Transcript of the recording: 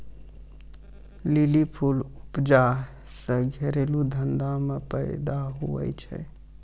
lily फूल उपजा से घरेलू धंधा मे फैदा हुवै छै